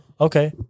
okay